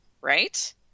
right